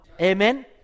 Amen